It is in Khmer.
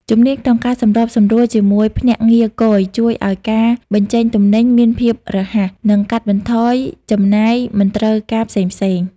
ជំនាញក្នុងការសម្របសម្រួលជាមួយភ្នាក់ងារគយ ជួយឱ្យការបញ្ចេញទំនិញមានភាពរហ័ស និងកាត់បន្ថយចំណាយមិនផ្លូវការផ្សេងៗ។